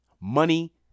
Money